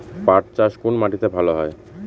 পাট চাষ কোন মাটিতে ভালো হয়?